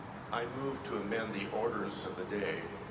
i move to amend the orders of the day,